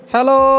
Hello